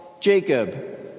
Jacob